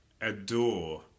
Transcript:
adore